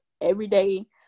everyday